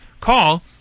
Call